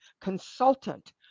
consultant